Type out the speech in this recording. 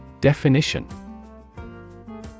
Definition